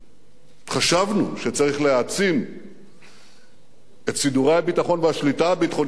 חשבנו שצריך להעצים את סידורי הביטחון והשליטה הביטחונית של ישראל